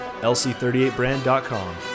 LC38Brand.com